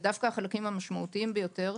דווקא המשמעותיים ביותר,